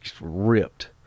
ripped